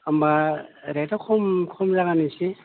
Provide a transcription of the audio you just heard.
होमब्ला ओरैनोथ' खम खम जागोन एसे